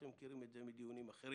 אתם מכירים את זה מדיונים אחרים.